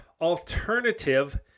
alternative